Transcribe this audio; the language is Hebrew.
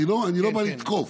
אני לא בא לתקוף.